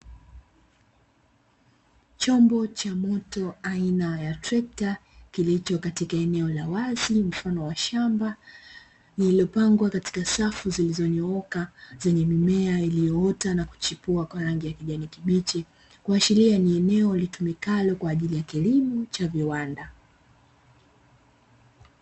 Chombo cha moto aina ya trekta kilicho katika eneo la wazi mfano wa shamba lililopangwa katika safu zilizonyooka zenye mimea iliyoota na kuchipua kwa rangi ya kijani kibichi; kuashiria ni eneo litumikalo kwa ajili ya kilimo cha viwanda.